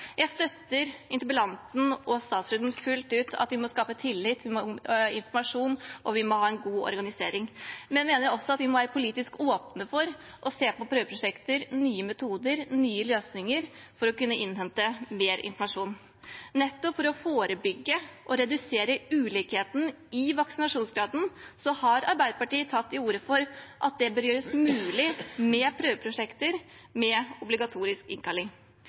Jeg støtter interpellanten og statsråden fullt ut i at vi må skape tillit om informasjon, og vi må ha en god organisering. Men jeg mener også at vi må være politisk åpne for å se på prøveprosjekter, nye metoder og nye løsninger for å kunne innhente mer informasjon. For å forebygge og redusere ulikheten i vaksinasjonsgraden har Arbeiderpartiet tatt til orde for at det bør gjøres mulig med prøveprosjekter med obligatorisk innkalling.